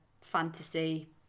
fantasy